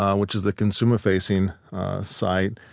um which is a consumer-facing site,